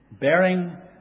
Bearing